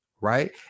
Right